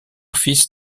fils